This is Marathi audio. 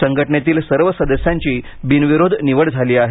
संघटनेतील सर्व सदस्यांची बिनविरोध निवड झाली आहे